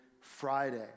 Friday